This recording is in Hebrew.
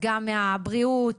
גם מהבריאות,